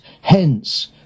Hence